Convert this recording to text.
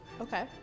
Okay